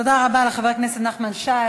תודה רבה לחבר הכנסת נחמן שי.